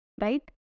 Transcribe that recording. Right